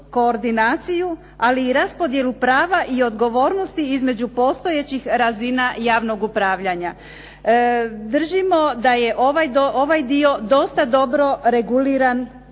koordinaciju, ali i raspodjelu prava i odgovornosti između postojećih razina javnog upravljanja. Držimo da je ovaj dio dosta dobro reguliran